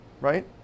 right